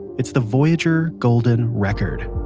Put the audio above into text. it's the voyager golden record.